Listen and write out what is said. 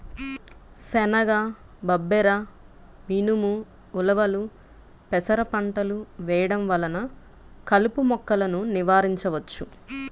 శనగ, బబ్బెర, మినుము, ఉలవలు, పెసర పంటలు వేయడం వలన కలుపు మొక్కలను నివారించవచ్చు